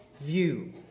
view